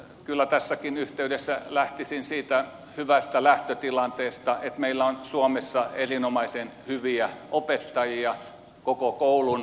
kyllä tässäkin yhteydessä lähtisin siitä hyvästä lähtötilanteesta että meillä on suomessa erinomaisen hyviä opettajia koko koulun henkilökunta